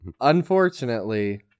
unfortunately